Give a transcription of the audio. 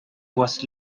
was